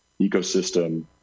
ecosystem